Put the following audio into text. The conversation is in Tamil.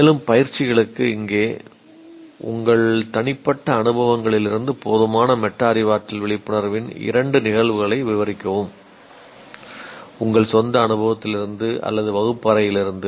மேலும் பயிற்சிகளுக்கு இங்கே உங்கள் தனிப்பட்ட அனுபவங்களிலிருந்து போதுமான மெட்டா அறிவாற்றல் விழிப்புணர்வின் இரண்டு நிகழ்வுகளை விவரிக்கவும் உங்கள் சொந்த அனுபவத்திலிருந்து அல்லது வகுப்பு அறையிலிருந்து